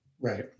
Right